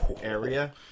area